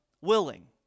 Willing